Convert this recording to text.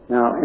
Now